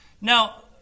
Now